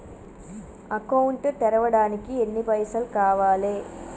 Account తెరవడానికి ఎన్ని పైసల్ కావాలే?